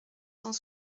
cent